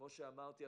כפי שאמרתי,